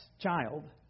child